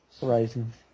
Horizons